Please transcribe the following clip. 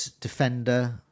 defender